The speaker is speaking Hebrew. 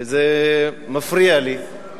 וזה מפריע לי,